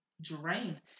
drained